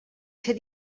ser